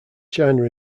china